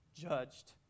judged